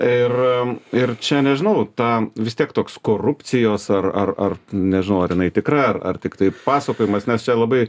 ir ir čia nežinau ta vis tiek toks korupcijos ar ar ar nežinau ar jinai tikra ar ar tiktai pasakojimas nes čia labai